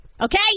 Okay